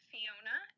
Fiona